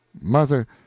Mother